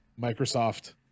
Microsoft